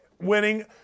winning